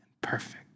perfect